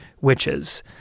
Witches